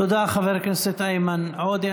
תודה, חבר הכנסת איימן עודה.